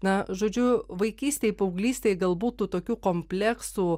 na žodžiu vaikystėj paauglystėj galbūt tų tokių kompleksų